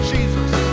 Jesus